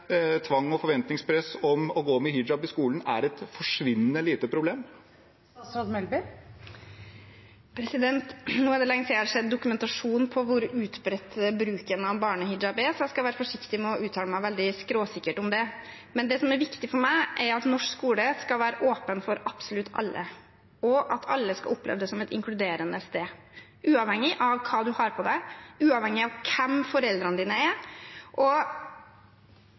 tvang og forventningspress om å gå med hijab i skolen er et forsvinnende lite problem. Nå er det lenge siden jeg har sett dokumentasjon på hvor utbredt bruken av barnehijab er, så jeg skal være forsiktig med å uttale meg veldig skråsikkert om det. Men det som er viktig for meg, er at norsk skole skal være åpen for absolutt alle, og at alle skal oppleve det som et inkluderende sted – uavhengig av hva man har på seg, uavhengig av hvem ens foreldrene er. Jeg er